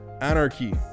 anarchy